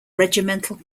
regimental